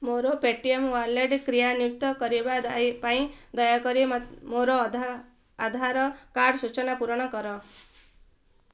ମୋ Paytm wallet କ୍ରିୟାନ୍ଵିତ କରିବା ଦାୟୀ ପାଇଁ ଦୟାକରି ମୋ ଆଧାର କାର୍ଡ଼ ସୂଚନା ପୂରଣ କର